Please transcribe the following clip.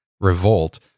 revolt